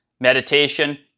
Meditation